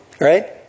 Right